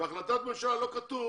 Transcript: בהחלטת ממשלה לא כתוב